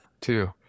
two